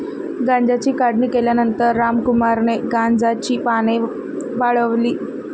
गांजाची काढणी केल्यानंतर रामकुमारने गांजाची पाने वाळवली